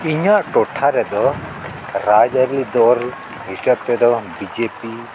ᱤᱧᱟᱹᱜ ᱴᱚᱴᱷᱟ ᱨᱮᱫᱚ ᱨᱟᱡᱽ ᱟᱹᱨᱤ ᱫᱚᱞ ᱦᱤᱥᱟᱹᱵᱽ ᱛᱮᱫᱚ ᱵᱤᱡᱮᱯᱤ